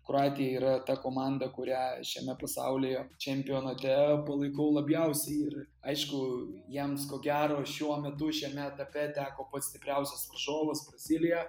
kroatija yra ta komanda kurią šiame pasaulyje čempionate palaikau labiausiai ir aišku jiems ko gero šiuo metu šiame etape teko pats stipriausias varžovus brazilija